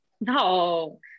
No